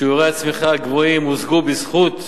שיעורי הצמיחה הגבוהים הושגו בזכות,